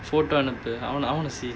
photo அனுப்பு:anuppu I want I want to see it